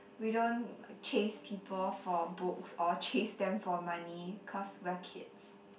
we don't chase people for books or chase them for money cause we're kids